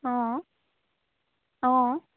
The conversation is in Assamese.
অঁ অঁ